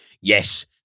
Yes